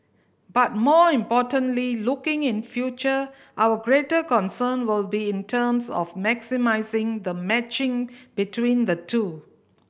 but more importantly looking in future our greater concern will be in terms of maximising the matching between the two